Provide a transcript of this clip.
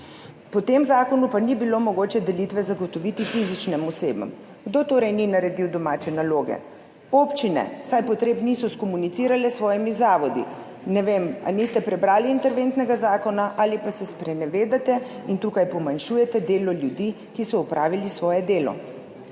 Po tem zakonu pa ni bilo mogoče delitve zagotoviti fizičnim osebam. Kdo torej ni naredil domače naloge? Občine, saj potreb niso skomunicirale s svojimi zavodi. Ne vem, ali niste prebrali interventnega zakona ali pa se sprenevedate in tukaj pomanjšujete delo ljudi, ki so opravili svoje delo.